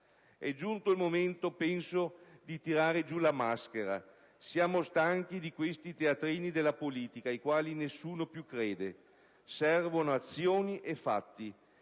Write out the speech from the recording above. È giunto il momento di tirare giù la maschera: siamo stanchi di questi teatrini della politica, ai quali nessuno più crede. Servono azioni e fatti.